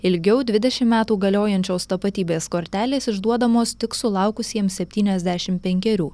ilgiau dvidešimt metų galiojančios tapatybės kortelės išduodamos tik sulaukusiems septyniasdešimt penkerių